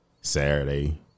Saturday